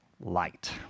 light